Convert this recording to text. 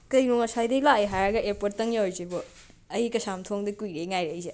ꯀꯩꯅꯣ ꯉꯁꯥꯏꯗꯩ ꯂꯥꯛꯑꯦ ꯍꯥꯏꯔꯒ ꯑꯦꯔꯄꯣꯔꯠꯇꯪ ꯌꯧꯔꯤꯁꯤꯕꯣ ꯑꯩ ꯀꯩꯁꯥꯝꯊꯣꯡꯗ ꯀꯨꯏꯔꯦ ꯉꯥꯏꯔꯛꯏꯁꯦ